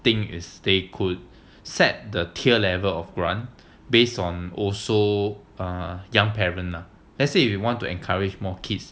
thing is they could set the tier level of grant based on also a young parent lah said we want to encourage more kids